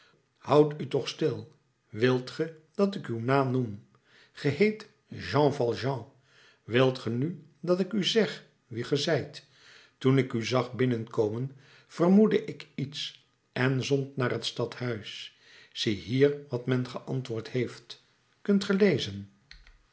houd u toch stil wilt ge dat ik u uw naam noem ge heet jean valjean wilt ge nu dat ik u zeg wie ge zijt toen ik u zag binnenkomen vermoedde ik iets en zond naar t stadhuis ziehier wat men geantwoord heeft kunt ge